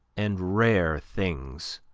and rare things,